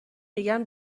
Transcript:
میگن